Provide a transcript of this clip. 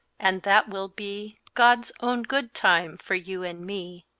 and that will be god's own good time for you and me.